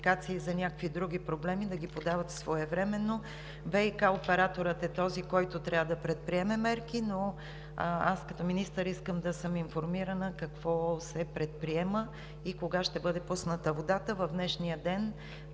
за някакви други проблеми, да ги подавате своевременно. ВиК операторът е този, който трябва да предприеме мерки, но аз като министър искам да съм информирана какво се предприема и кога ще бъде пусната водата. Ангажиментът